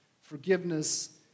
forgiveness